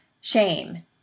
Shame